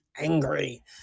angry